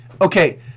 okay